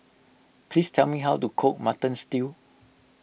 please tell me how to cook Mutton Stew